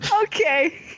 Okay